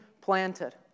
planted